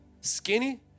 skinny